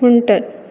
म्हणटात